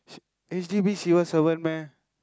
H_D_B civil servant meh